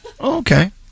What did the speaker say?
Okay